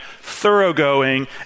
thoroughgoing